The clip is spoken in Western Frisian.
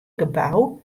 gebou